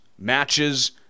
matches